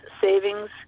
savings